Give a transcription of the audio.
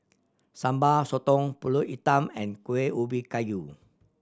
Sambal Sotong Pulut Hitam and Kuih Ubi Kayu